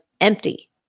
empty